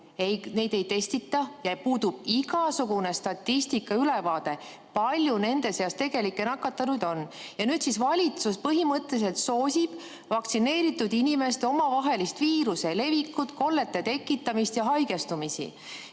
ei testita ja puudub igasugune statistiline ülevaade, kui palju nende seas nakatanuid on. Nüüd valitsus põhimõtteliselt soosib vaktsineeritud inimeste vahel viiruse levikut, kollete tekitamist ja haigestumisi.